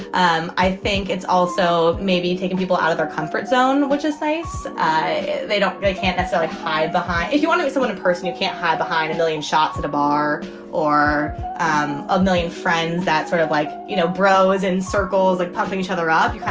um i think it's also maybe taking people out of their comfort zone, which is nice. they don't. they can't necessarily hide behind. if you want someone, a person, you can't hide behind million shots at a bar or um a million friends that sort of like, you know, bro is in circles like puffing each other up. you